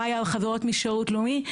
מאיה חברות משירות לאומי.